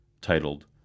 titled